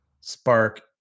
spark